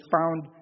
found